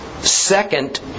second